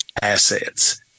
assets